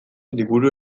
liburu